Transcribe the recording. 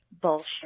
bullshit